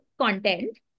content